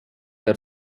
der